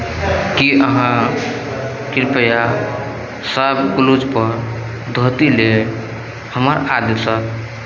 की अहाँ कृपया शॉपक्लूजपर धोती लेल हमर आदेशक